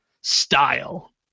style